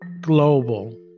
global